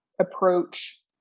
approach